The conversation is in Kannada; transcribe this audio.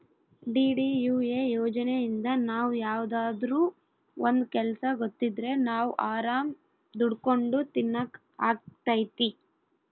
ಡಿ.ಡಿ.ಯು.ಎ ಯೋಜನೆಇಂದ ನಾವ್ ಯಾವ್ದಾದ್ರೂ ಒಂದ್ ಕೆಲ್ಸ ಗೊತ್ತಿದ್ರೆ ನಾವ್ ಆರಾಮ್ ದುಡ್ಕೊಂಡು ತಿನಕ್ ಅಗ್ತೈತಿ